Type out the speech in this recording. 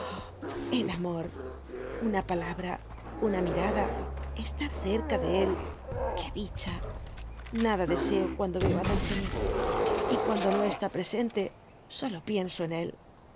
el amor una palabra una mirada estar cerca de él qué dicha nada deseo cuando veo á danceny y cuando no está presen te solo pienso en él